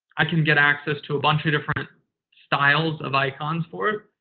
i can get access to a bunch of different styles of icons for